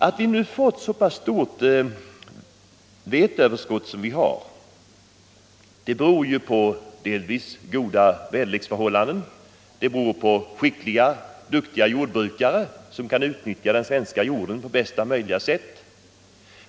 Att vi har fått ett så stort veteöverskott i år i Sverige beror delvis på goda väderleksförhållanden, men det beror också på skickliga jordbrukare, som kan utnyttja den svenska jorden på bästa möjliga sätt.